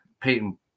Peyton